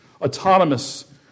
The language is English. autonomous